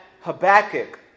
Habakkuk